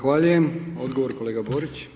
Zahvaljujem, odgovor kolega Borić.